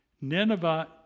Nineveh